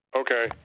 okay